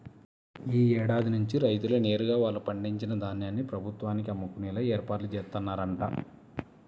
యీ ఏడాది నుంచి రైతులే నేరుగా వాళ్ళు పండించిన ధాన్యాన్ని ప్రభుత్వానికి అమ్ముకునేలా ఏర్పాట్లు జేత్తన్నరంట